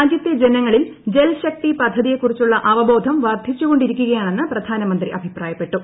രാജ്യത്തെ ജനങ്ങളിൽ ജൽശക്തി പദ്ധതിയെക്കുറിച്ചുളള അവബോധം വർദ്ധിച്ചു കൊണ്ടിരിക്കുകയാണെന്ന് പ്രധാനമന്ത്രി അഭിപ്രായപ്പെട്ടു